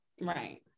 Right